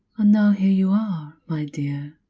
and now here you are, my dear.